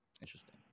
interesting